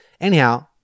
Anyhow